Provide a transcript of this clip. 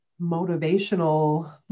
motivational